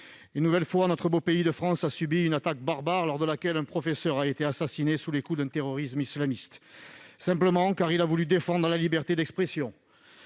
Une nouvelle fois, notre beau pays de France a subi une attaque barbare lors de laquelle un professeur a été assassiné. Il est tombé sous les coups d'un terroriste islamiste pour avoir simplement voulu défendre la liberté d'expression.